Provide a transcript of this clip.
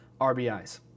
RBIs